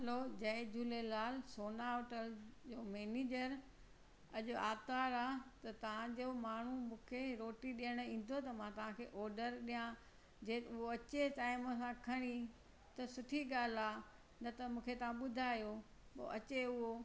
hello जय Jhulelal Sona hotel manager अॼु आरितवारु आहे त तव्हांजो माण्हू मूंखे रोटी ॾियणु ईंदो त मां तव्हांखे ऑडर ॾियां जे उहो अचे टाइम सां खणी त सुठी ॻाल्हि आहे न त मूंखे तव्हां ॿुधायो अचे उहो